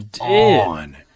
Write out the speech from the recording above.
on